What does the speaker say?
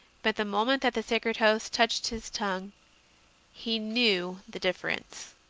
but the moment that the sacred host touched his tongue he knew the difference.